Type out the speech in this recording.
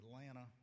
Atlanta